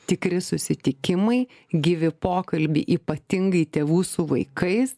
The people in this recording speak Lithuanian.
tikri susitikimai gyvi pokalbiai ypatingai tėvų su vaikais